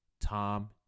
Tom